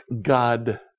God